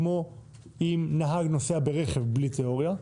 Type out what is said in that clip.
כמו אם נהג נוסע ברכב בלי תיאוריה,